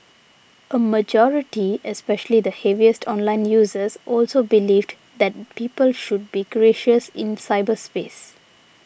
a majority especially the heaviest online users also believed that people should be gracious in cyberspace